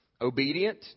Obedient